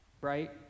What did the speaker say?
right